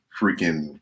freaking